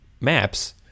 maps